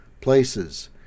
places